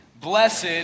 Blessed